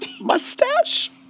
Mustache